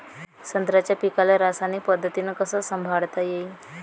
संत्र्याच्या पीकाले रासायनिक पद्धतीनं कस संभाळता येईन?